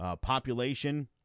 Population